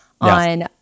on